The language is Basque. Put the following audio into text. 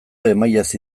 emailez